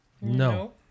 No